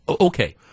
Okay